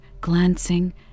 glancing